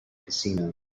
casino